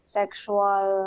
sexual